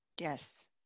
Yes